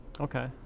Okay